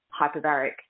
hyperbaric